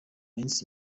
minsi